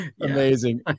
amazing